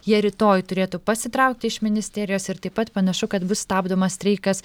jie rytoj turėtų pasitraukti iš ministerijos ir taip pat panašu kad bus stabdomas streikas